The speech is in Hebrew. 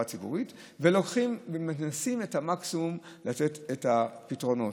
הציבורית ומנסים לתת את מקסימום הפתרונות.